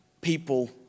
people